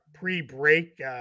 pre-break